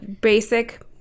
basic